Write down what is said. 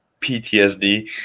PTSD